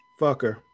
fucker